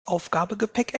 aufgabegepäck